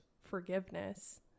forgiveness